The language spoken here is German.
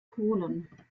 holen